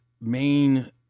main